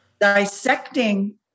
dissecting